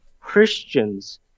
Christians